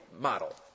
model